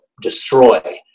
destroy